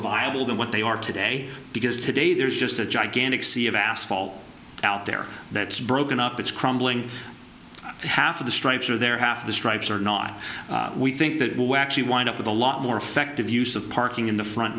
viable than what they are today because today there's just a gigantic sea of asphalt out there that's broken up it's crumbling half of the stripes are there half the stripes are not we think that will actually wind up with a lot more effective use of parking in the front